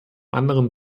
anderen